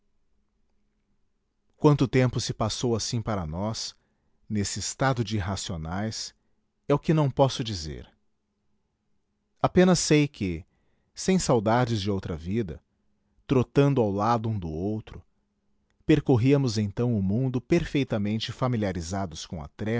quanto tempo se passou assim para nós nesse estado de irracionais é o que não posso dizer apenas sei que sem saudades de outra vida trotando ao lado um do outro percorríamos então o mundo perfeitamente familiarizados com a